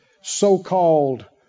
So-called